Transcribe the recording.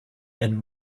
and